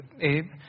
Abe